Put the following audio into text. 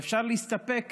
ואפשר להסתפק